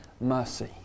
mercy